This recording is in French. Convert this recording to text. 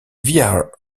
via